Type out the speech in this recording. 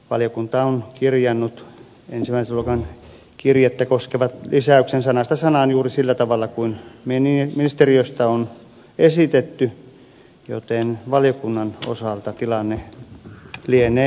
valiokunta on kirjannut ensimmäisen luokan kirjettä koskevan lisäyksen sanasta sanaan juuri sillä tavalla kuin ministeriöstä on esitetty joten valiokunnan osalta tilanne lienee yksiselitteinen